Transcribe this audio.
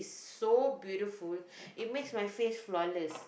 so beautiful it makes my face flawless